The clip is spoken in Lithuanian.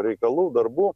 reikalų darbų